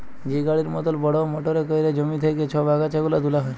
যে গাড়ির মতল বড়হ মটরে ক্যইরে জমি থ্যাইকে ছব আগাছা গুলা তুলা হ্যয়